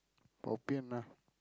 bobian lah